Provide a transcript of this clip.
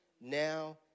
Now